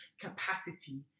capacity